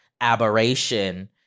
aberration